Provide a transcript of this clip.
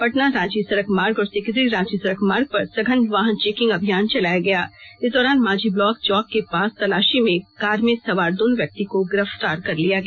पटना रांची सड़क मार्ग और सिकिदिरी रांची सड़क मार्ग पर सघन वाहन चेकिंग अभियान चलाया गया इस दौरान मांझी ब्लॉक चौक के पास तलाशी में कार सवार में दोनों व्यक्ति को गिरफ्तार कर लिया गया